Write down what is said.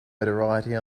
notoriety